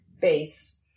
base